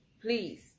please